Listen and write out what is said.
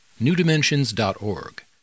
newdimensions.org